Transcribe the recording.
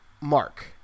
mark